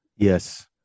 Yes